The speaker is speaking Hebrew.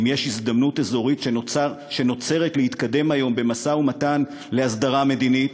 אם יש הזדמנות אזורית שנוצרת כדי להתקדם היום במשא-ומתן להסדרה מדינית,